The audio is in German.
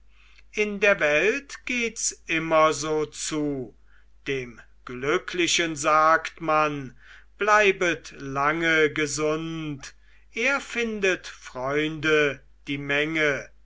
in der welt gehts immer so zu dem glücklichen sagt man bleibet lange gesund er findet freunde die menge